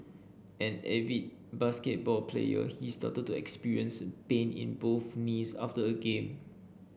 an avid basketball player he started to experience pain in both knees after a game